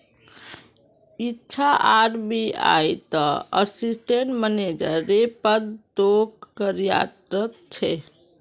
इच्छा आर.बी.आई त assistant manager रे पद तो कार्यरत छे